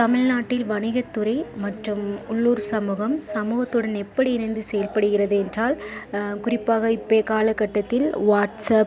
தமிழ்நாட்டில் வணிகத்துறை மற்றும் உள்ளூர் சமூகம் சமூகத்துடன் எப்படி இணைத்து செயல்படுகிறது என்றால் குறிப்பாக இப்பய கால கட்டத்தில் வாட்ஸ் அப்